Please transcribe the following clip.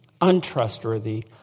untrustworthy